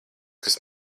kas